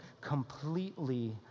completely